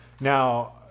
Now